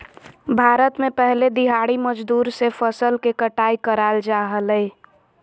भारत में पहले दिहाड़ी मजदूर से फसल के कटाई कराल जा हलय